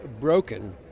broken